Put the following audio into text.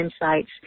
insights